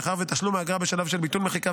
מאחר שתשלום האגרה בשלב של ביטול מחיקה